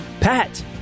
Pat